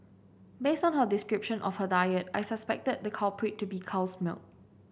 based on her description of her diet I suspected the culprit to be cow's milk